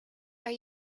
are